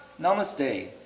Namaste